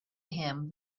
him